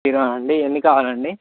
hero అండి ఎన్ని కావాలండి